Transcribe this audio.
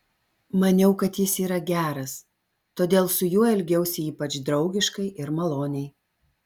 maniau kad jis yra geras todėl su juo elgiausi ypač draugiškai ir maloniai